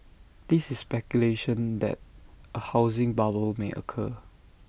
there is speculation that A housing bubble may occur